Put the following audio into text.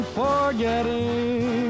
forgetting